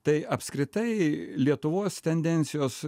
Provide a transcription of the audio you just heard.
tai apskritai lietuvos tendencijos